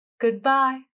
goodbye